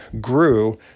grew